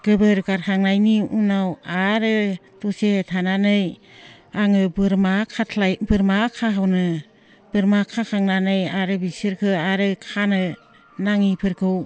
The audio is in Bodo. गोबोर गारखांनायनि उनाव आरो दसे थानानै आङो बोरमा खथ्लाय बोरमा खहनो बोरमा खाखांनानै आरो बिसोरखो आरो खानो नाङिफोरखौ